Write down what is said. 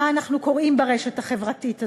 מה אנחנו קוראים ברשת החברתית הזו?